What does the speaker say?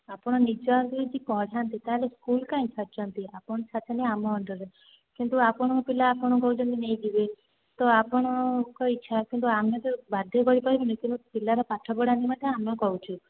ଆପଣ ନିଜେ ଯଦି ପଢ଼ାନ୍ତେ ତାହାଲେ ସ୍କୁଲ କାହିଁ ଛାଡ଼ୁଛନ୍ତି ଆପଣ ଛାଡ଼ୁଛନ୍ତି ଆମ ଅଣ୍ଡରରେ କିନ୍ତୁ ଆପଣଙ୍କ ପିଲା ଆପଣ କହୁଛନ୍ତି ନେଇଯିବେ ତ ଆପଣଙ୍କ ଇଚ୍ଛା ଆମେ ତ ବାଧ୍ୟ କରିପାରିବୁନି ତେଣୁ ପିଲାର ପାଠ ପଢ଼ା ନିମନ୍ତେ ଆମେ କହୁଛୁ